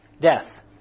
Death